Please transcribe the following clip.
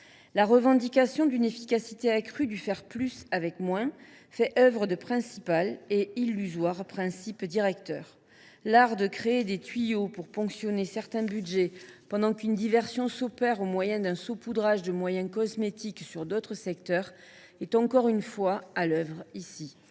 La revendication d’une efficacité accrue du « faire plus avec moins » fait office d’illusoire principe directeur. L’art de créer des tuyaux pour ponctionner certains budgets, pendant qu’une diversion s’opère au moyen d’un saupoudrage de moyens cosmétiques sur d’autres secteurs, est encore une fois à l’œuvre ici.